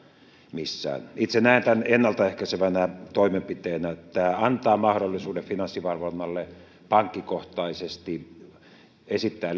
missään itse näen tämän ennalta ehkäisevänä toimenpiteenä tämä antaa mahdollisuuden finanssivalvonnalle pankkikohtaisesti esittää